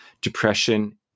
depression